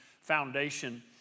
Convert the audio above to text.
foundation